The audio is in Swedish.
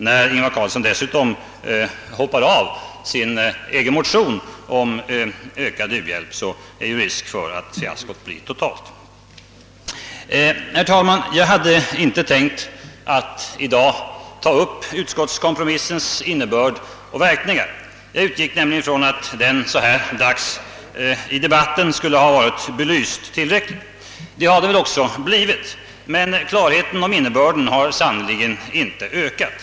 När Ingvar Carlsson dessutom hoppar av sin egen motion om ökad u-hjälp, är risken att fiaskot blir totalt. Herr talman! Jag hade i dag inte tänkt att ta upp frågan om utskottskompromissens innebörd och verkningar. Jag utgick nämligen från att den så här långt fram i debatten skulle ha blivit tillräckligt belyst. Det har den väl också blivit. Men klarheten om innebörden har sannerligen inte ökat.